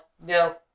No